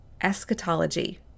Eschatology